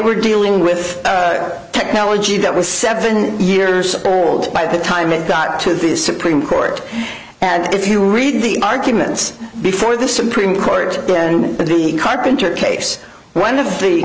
were dealing with a technology that was seven years old by the time it got to the supreme court and if you read the arguments before the supreme court the carpenter case one of the